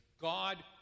God